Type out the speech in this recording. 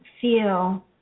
feel